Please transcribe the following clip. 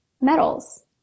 metals